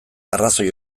arrazoi